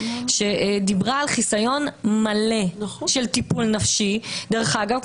שדיברה על חיסיון מלא של טיפול נפשי דרך אגב.